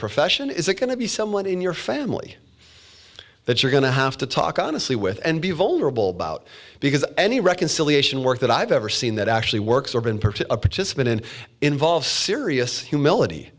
profession is it going to be someone in your family that you're going to have to talk honestly with and be vulnerable bout because any reconciliation work that i've ever seen that actually works or been person a participant in involves serious humility